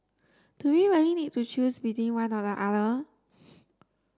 do we really need to choose between one nor the other